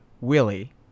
Willie